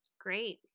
great